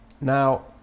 now